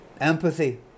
Empathy